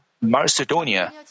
Macedonia